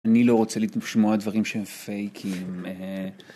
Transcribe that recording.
אני לא רוצה לשמוע דברים שהם פייקים.